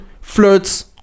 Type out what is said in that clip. flirts